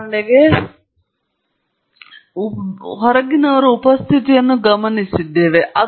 ಉದಾಹರಣೆಗೆ ನಾವು ಹೊರಗಿನವರ ಉಪಸ್ಥಿತಿಯನ್ನು ಗಮನಿಸಿದ್ದೇವೆ